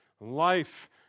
Life